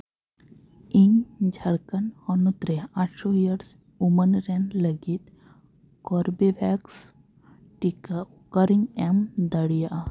ᱤᱧ ᱡᱷᱟᱲᱠᱷᱚᱸᱰ ᱦᱚᱱᱚᱛ ᱨᱮᱭᱟᱜ ᱟᱴᱷᱨᱚ ᱮᱭᱟᱨᱥ ᱩᱢᱟᱹᱨ ᱨᱮᱱ ᱞᱟᱹᱜᱤᱫ ᱠᱳᱨᱵᱮ ᱵᱷᱮᱠᱥ ᱴᱤᱠᱟᱹ ᱚᱠᱟᱨᱮᱧ ᱮᱢ ᱫᱟᱲᱮᱭᱟᱜᱼᱟ